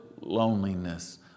loneliness